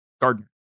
gardener